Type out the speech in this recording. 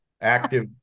active